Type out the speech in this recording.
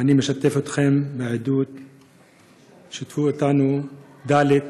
ואני משתף אתכם בעדות נגד העישון ששיתפה בה ד'